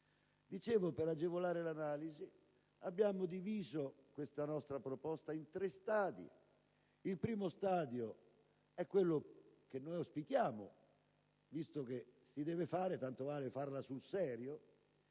per agevolare l'analisi, abbiamo diviso questa nostra proposta in tre stadi. Il primo stadio è quello che auspichiamo (visto che si deve fare, tanto vale farlo sul serio),